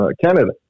Canada